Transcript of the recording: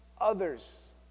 others